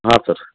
ಹಾಂ ಸರ್